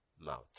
mouth